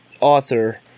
author